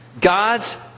God's